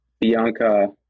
Bianca –